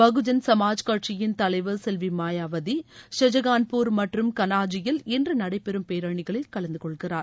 பகுஜன் சமாஜ் கட்சியின் தலைவர் செல்வி மாயாவதி ஷஜகான்பூர் மற்றும் கண்ணாஜ்ஜில் இன்று நடைபெறும் பேரணிகளில் கலந்துகொள்கிறார்